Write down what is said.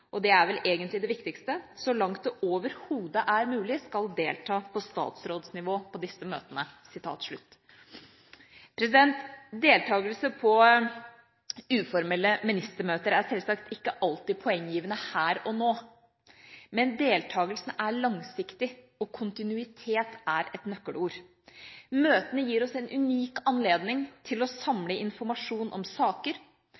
og det er vel egentlig det viktigste – så langt det overhodet er mulig, skal delta på statsrådnivå på disse møtene.» Deltagelse på uformelle ministermøter er selvsagt ikke alltid poenggivende her og nå, men deltagelsen er langsiktig, og kontinuitet er et nøkkelord. Møtene gir oss en unik anledning til å